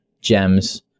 gems